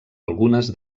algunes